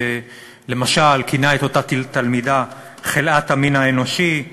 שלמשל כינה את אותה תלמידה "חלאת המין האנושי";